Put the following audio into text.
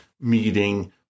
meeting